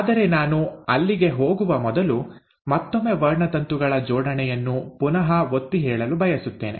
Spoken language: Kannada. ಆದರೆ ನಾನು ಅಲ್ಲಿಗೆ ಹೋಗುವ ಮೊದಲು ಮತ್ತೊಮ್ಮೆ ವರ್ಣತಂತುಗಳ ಜೋಡಣೆಯನ್ನು ಪುನಃ ಒತ್ತಿ ಹೇಳಲು ಬಯಸುತ್ತೇನೆ